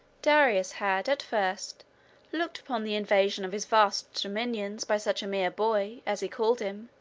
darius had at first looked upon the invasion of his vast dominions by such a mere boy, as he called him,